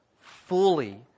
fully